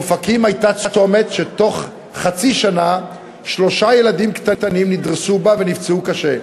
באופקים היה צומת שבתוך חצי שנה שלושה ילדים קטנים נדרסו בו ונפצעו קשה.